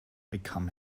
become